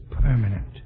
permanent